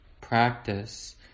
practice